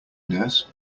nurse